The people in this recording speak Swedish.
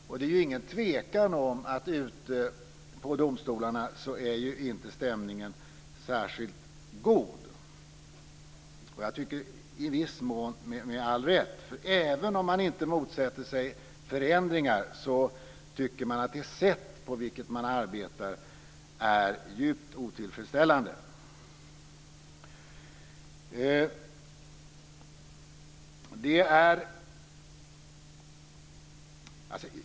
Och det är ju ingen tvekan om att stämningen ute på domstolarna inte är särskilt god, och i viss mån med all rätt, tycker jag därför att även om man inte motsätter sig förändringar så tycker man att det sätt på vilket man arbetar är djupt otillfredsställande.